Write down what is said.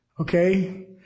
okay